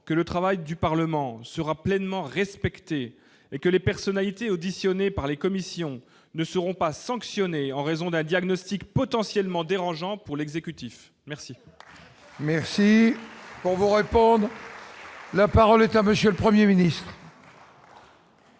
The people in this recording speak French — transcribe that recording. que le travail du Parlement sera pleinement respecté et que les personnes, a été auditionné par les commissions ne seront pas sanctionnés en raison d'un diagnostic potentiellement dérangeants pour l'exécutif, merci.